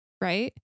right